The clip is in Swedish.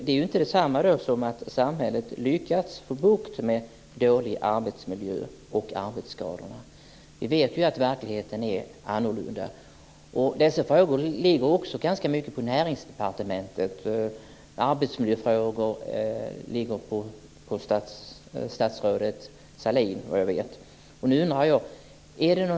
Det är inte detsamma som att samhället har lyckats få bukt med en dålig arbetsmiljö och arbetsskadorna. Vi vet att verkligheten är annorlunda. Dessa frågor ligger på Näringsdepartementet. Arbetsmiljöfrågor ligger, såvitt jag vet, inom statsrådet Sahlins område.